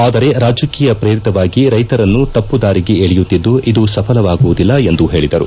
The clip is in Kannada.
ಆದರೆ ರಾಜಕೀಯ ಪ್ರೇರಿತವಾಗಿ ರೈತರನ್ನು ತಪ್ಪು ದಾರಿಗೆ ಎಳೆಯುತ್ತಿದ್ದು ಇದು ಸಫಲವಾಗುವುದಿಲ್ಲ ಎಂದು ಹೇಳಿದರು